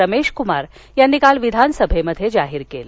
रमेश कुमार यांनी काल विधानसभेत जाहीर केलं